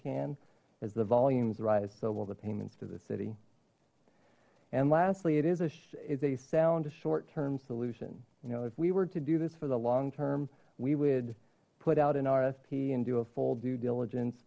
can as the volumes rise so while the payments to the city and lastly it is a is a sound short term solution you know if we were to do this for the long term we would put out an rfp and do a full due diligence